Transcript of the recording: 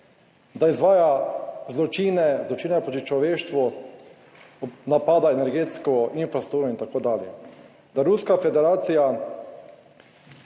da izvaja zločine, zločine proti človeštvu, napada energetsko infrastrukturo in tako dalje,